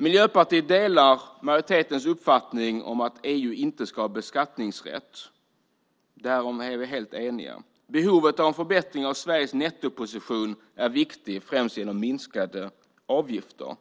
Miljöpartiet delar majoritetens uppfattning om att EU inte ska ha beskattningsrätt. Därom är vi helt eniga. Behovet av en förbättring av Sveriges nettoposition är viktig, främst med hjälp av minskade avgifter.